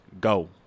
go